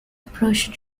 approached